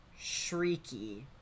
Shrieky